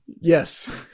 Yes